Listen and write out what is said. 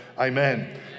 Amen